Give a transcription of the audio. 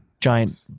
Giant